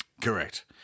Correct